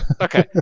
Okay